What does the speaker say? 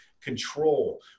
control